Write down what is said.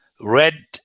red